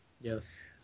Yes